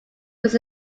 was